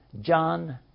John